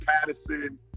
Patterson